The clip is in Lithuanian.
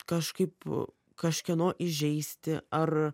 kažkaip kažkieno įžeisti ar